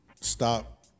stop